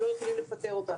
שלא יכולים לפטר אותנו.